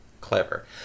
clever